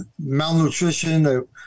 malnutrition